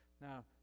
Now